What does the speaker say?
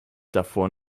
davor